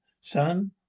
Son